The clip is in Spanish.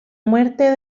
muerte